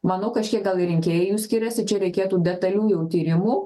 manau kažkiek gal ir rinkėjų skiriasi čia reikėtų detaliųjų tyrimų